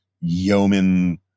yeoman